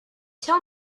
tell